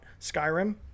skyrim